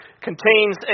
contains